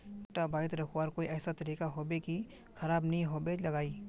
भुट्टा बारित रखवार कोई ऐसा तरीका होबे की खराब नि होबे लगाई?